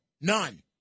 none